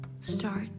start